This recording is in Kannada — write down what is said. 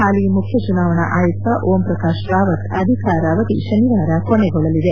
ಹಾಲಿ ಮುಖ್ಯಚುನಾವಣಾ ಆಯುಕ್ತ ಓಂ ಪ್ರಕಾಶ್ ರಾವತ್ ಅಧಿಕಾರಾವಧಿ ಶನಿವಾರ ಕೊನೆಗೊಳ್ಳಲಿದೆ